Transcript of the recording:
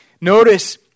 Notice